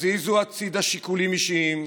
הזיזו הצידה שיקולים אישיים,